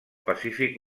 pacífic